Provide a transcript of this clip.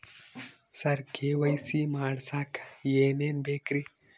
ಸರ KYC ಮಾಡಸಕ್ಕ ಎನೆನ ಬೇಕ್ರಿ?